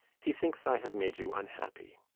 he thinks i have made you unhappy.